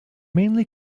mainly